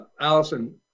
Allison